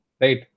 right